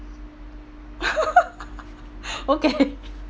okay